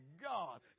God